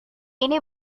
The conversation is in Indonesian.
ini